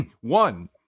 One